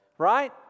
Right